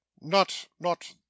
not-not